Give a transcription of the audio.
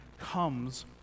comes